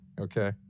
okay